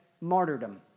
martyrdom